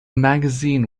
magazine